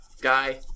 guy